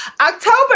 October